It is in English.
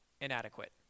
inadequate